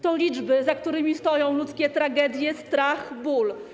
To liczby, za którymi stoją ludzkie tragedie, strach, ból.